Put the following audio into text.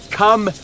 come